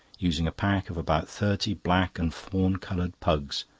using a pack of about thirty black and fawn-coloured pugs,